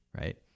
right